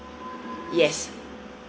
yes